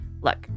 look